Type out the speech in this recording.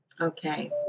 Okay